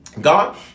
God